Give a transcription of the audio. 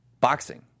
boxing